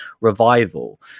revival